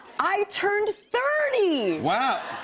i turned thirty! wow.